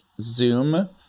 zoom